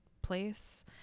place